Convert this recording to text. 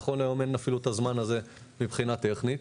נכון להיום אין אפילו את הזמן הזה מבחינה טכנית.